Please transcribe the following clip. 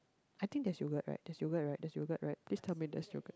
I think there's yogurt right there's yogurt right there's yogurt right please tell me there's yogurt